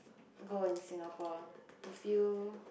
go in Singapore to feel